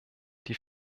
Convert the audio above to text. die